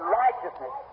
righteousness